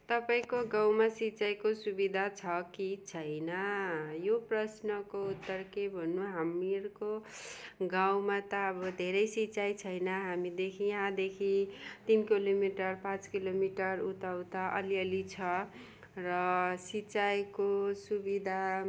तपाईँको गाउँमा सिँचाइको सुविधा छ कि छैन यो प्रश्नको उत्तर के भन्नु हामीहरूको गाउँमा त अब धेरै सिँचाइ छैन हामीदेखि यहाँदेखि तिन किलोमिटर पाँच किलोमिटर उता उता अलिअलि छ र सिँचाइको सुविदा